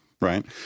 right